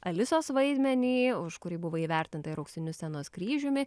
alisos vaidmenį už kurį buvo įvertinta ir auksiniu scenos kryžiumi